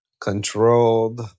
controlled